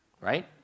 right